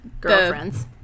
girlfriends